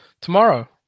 tomorrow